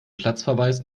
platzverweis